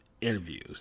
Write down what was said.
interviews